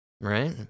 Right